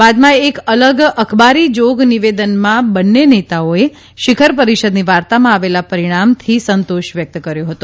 બાદમાં એક અલગ અખબારી જાગનિવેદનમાં બંને નેતાઓએ શિખર પરિષદની વાર્તામાં આવેલા પરિણામથી સંતોષ વ્યક્ત કર્યો હતો